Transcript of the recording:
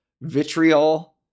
vitriol